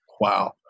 wow